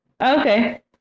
Okay